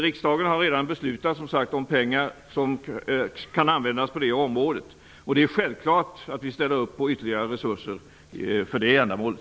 Riksdagen har som sagt redan fattat beslut om pengar som kan användas för det, och det är självklart att vi ställer upp på ytterligare resurser för det ändamålet.